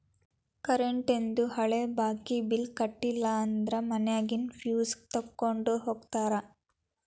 ಕರೆಂಟೇಂದು ಹಳೆ ಬಾಕಿ ಬಿಲ್ಸ್ ಕಟ್ಟಲಿಲ್ಲ ಅಂದ್ರ ಮನ್ಯಾಗಿನ್ ಫ್ಯೂಸ್ ತೊಕ್ಕೊಂಡ್ ಹೋಗ್ತಾರಾ